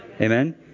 Amen